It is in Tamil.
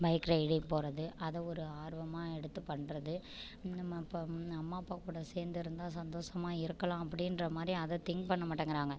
பைக் ரைடிங் போகறது அதை ஒரு ஆர்வமாக எடுத்துப் பண்ணுறது இந்த மா இப்போ அம்மா அப்பாக்கூட சேர்ந்திருந்தா சந்தோஷமாக இருக்கலாம் அப்படின்ற மாதிரி அதை திங்க் பண்ண மாட்டங்கறாங்க